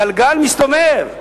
גלגל מסתובב,